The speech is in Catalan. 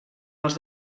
els